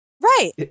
Right